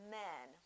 men